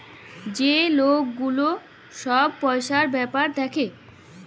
যে লক গুলা ছব পইসার ব্যাপার গুলা দ্যাখে